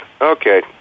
Okay